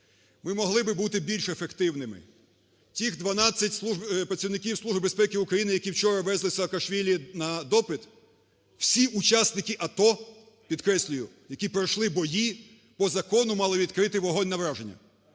ми могли би бути більш ефективними, тих 12 працівників Служби безпеки України, які вчора везли Саакашвілі на допит, всі учасники АТО, підкреслюю, які пройшли бої, по закону мали відкрити вогонь на враження,